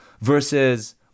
versus